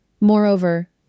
Moreover